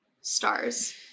stars